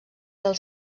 del